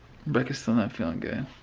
becca's still not feeling good.